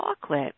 chocolate